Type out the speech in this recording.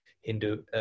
Hindu